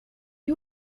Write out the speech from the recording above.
you